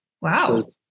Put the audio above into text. Wow